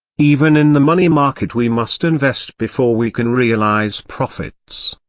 even in the money market we must invest before we can realise profits.